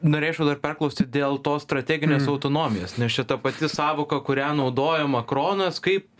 norėčiau dar perklausti dėl tos strateginės autonomijos nes čia ta pati sąvoka kurią naudoja makronas kaip